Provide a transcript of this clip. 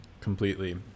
completely